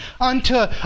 unto